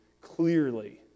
clearly